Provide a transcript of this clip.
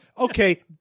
Okay